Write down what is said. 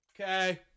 okay